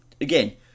again